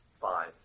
five